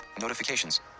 notifications